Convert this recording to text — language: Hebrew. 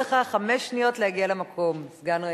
נשארו לך חמש שניות להגיע למקום, סגן שר האוצר.